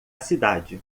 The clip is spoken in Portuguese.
cidade